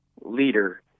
leader